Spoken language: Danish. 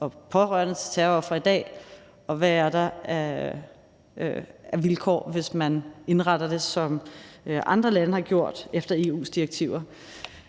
og pårørende til terrorofre i dag, og hvad der er af vilkår, hvis man indretter det, som andre lande har gjort, efter EU's direktiver.